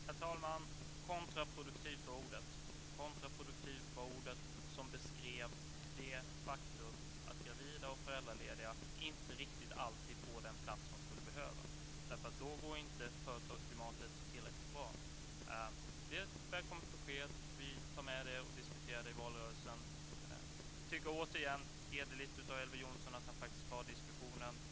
Herr talman! Kontraproduktivt var ordet som beskrev det faktum att gravida och föräldralediga inte riktigt alltid får den plats som de skulle behöva. Då blir inte företagsklimatet tillräckligt bra. Det är ett välkommet besked! Vi tar med det och diskuterar det i valrörelsen. Återigen tycker jag att det är hederligt av Elver Jonsson att han tar diskussionen.